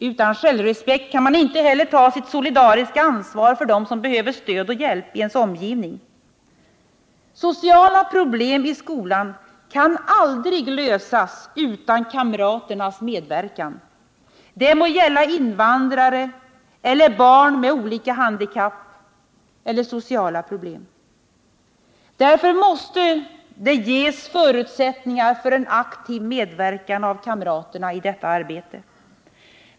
Utan självrespekt kan man inte heller ta sitt solidariska ansvar för dem i ens omgivning som behöver stöd och hjälp. Sociala problem i skolan kan aldrig lösas utan kamraternas medverkan — det må gälla invandrare eller barn med olika handikapp eller med sociala problem. Därför måste det ges förutsättningar för en aktiv medverkan av kamraterna i detta arbete.